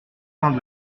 pains